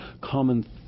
common